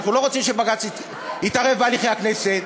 אנחנו לא רוצים שבג"ץ יתערב בהליכי הכנסת,